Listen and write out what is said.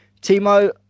Timo